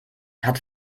hat